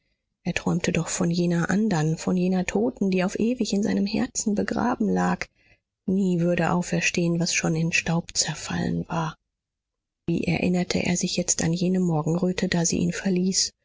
er träumte doch von jener andern von jener toten die auf ewig in seinem herzen begraben lag nie würde auferstehen was schon in staub zerfallen war wie erinnerte er sich jetzt an jene morgenröte da sie ihn verließ